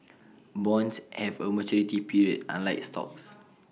bonds have A maturity period unlike stocks